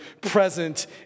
present